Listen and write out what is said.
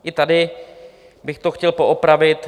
I tady bych to chtěl poopravit.